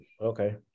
Okay